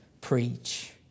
preach